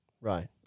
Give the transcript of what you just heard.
right